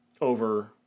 over